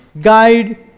guide